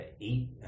eat